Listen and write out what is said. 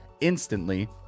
instantly